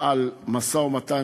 על המשא-ומתן.